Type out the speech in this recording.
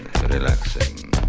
relaxing